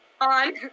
on